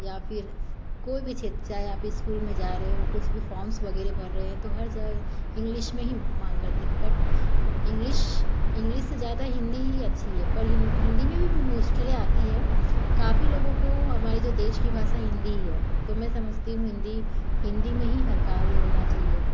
या फिर कोई भी क्षेत्र चाहे आप ईस्कूल में जा रहे हो कुछ भी फॉर्म्स वगैरह रहे हो तो हर जगह इंग्लिस मे ही मांग करते इंग्लिस इंग्लिश से ज़्यादा हिन्दी ही अच्छी है पर हिन्दी में भी मुश्किलें आती हैं काफ़ी लोगों को हामारे जो देश की भाषा हिन्दी ही है तो मैं समझती हूँ हिन्दी हिन्दी में ही हर कार्य होना चाहिए